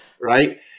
right